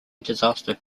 disaster